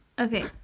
Okay